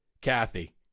kathy